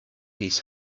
his